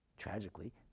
Tragically